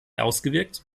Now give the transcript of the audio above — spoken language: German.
ausgewirkt